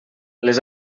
les